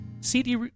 cd